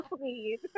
please